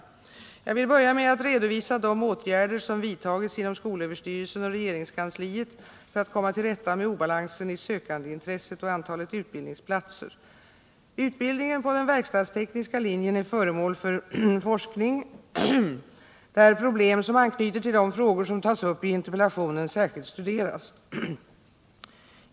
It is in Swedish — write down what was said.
Jag vill börja med att redovisa de åtgärder som vidtagits inom skolöverstyrelsen och regeringskansliet för att komma till rätta med obalansen i sökandeintresset och antalet utbildningsplatser. Utbildningen på den verkstadstekniska linjen är föremål för forskning, där problem som anknyter till de frågor som tas upp i interpellationen särskilt studeras.